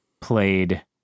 played